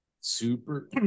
super